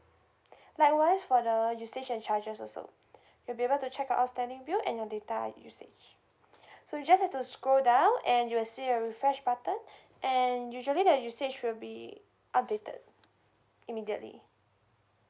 like wise for the usage and charges also you'll be able to check your outstanding bill and your data usage so you just have to scroll down and you will see a refresh button and usually that usage will be updated immediately